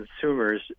consumers